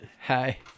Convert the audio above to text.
hi